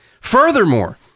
Furthermore